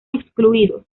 excluidos